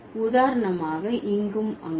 உதாரணமாக இங்கும் அங்கும்